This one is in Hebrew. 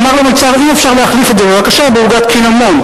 הוא אמר למלצר: אם אפשר להחליף את זה בבקשה בעוגת קינמון.